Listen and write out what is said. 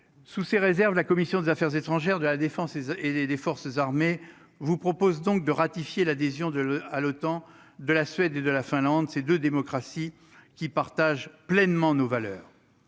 Sous ces réserves, la commission des Affaires étrangères de la Défense et des forces armées vous propose donc de ratifier l'adhésion de l'à l'OTAN de la Suède, de la Finlande c'est de démocratie qui partage pleinement nos valeurs,